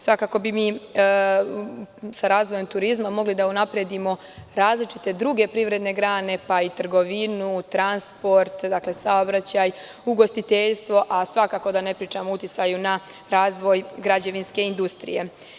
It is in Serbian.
Svakako bi sa razvojem turizma mogli da unapredimo različite druge privredne grane, pa i trgovinu, transport, saobraćaj, ugostiteljstvo, a svakako da ne pričam o uticaju na razvoj građevinske industrije.